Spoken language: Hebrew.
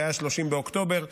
שהיה ב-30 באוקטובר.